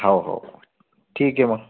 हो हो ठीक आहे मग